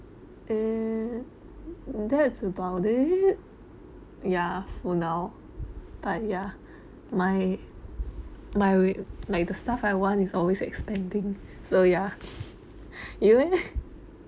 eh mm that's about it ya for now but ya my my like the stuff I want is always expanding so ya you leh